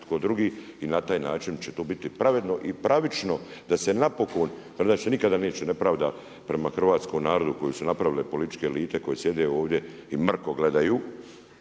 tko drugi. I na taj način će to biti pravedno i pravično da se napokon, jer inače se nikada neće nepravda prema hrvatskom narodu koju su napravile političke elite koje sjede ovdje i mrko gledaju,